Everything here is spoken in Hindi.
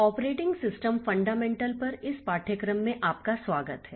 ऑपरेटिंग सिस्टम फंडामेंटल पर इस पाठ्यक्रम में आपका स्वागत है